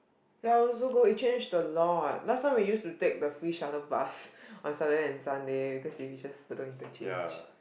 ya I also go it change the law what last time we used to take the free shuttle bus on Saturday and Sunday because if it's just Bedok interchange